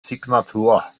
signatur